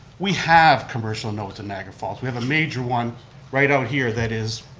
we have commercial nodes in niagara falls, we have a major one right out here that is,